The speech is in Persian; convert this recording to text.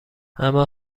اما